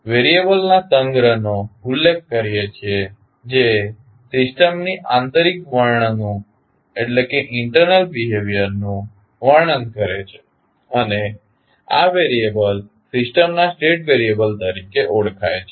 આપણે વેરિયેબલના સંગ્રહ નો ઉલ્લેખ કરીએ છીએ જે સિસ્ટમની આંતરિક વર્તણૂક નું વર્ણન કરે છે અને આ વેરિયેબલ સિસ્ટમના સ્ટેટ વેરિયેબલ તરીકે ઓળખાય છે